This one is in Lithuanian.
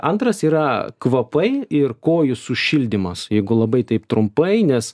antras yra kvapai ir kojų sušildymas jeigu labai taip trumpai nes